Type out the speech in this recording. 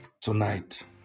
tonight